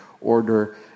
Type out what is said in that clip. Order